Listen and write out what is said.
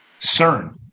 CERN